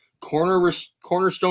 Cornerstone